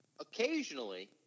Occasionally